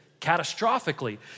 catastrophically